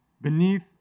beneath